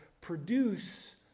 produce